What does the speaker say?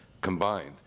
combined